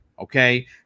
Okay